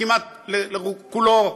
כמעט כולו,